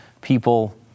people